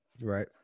Right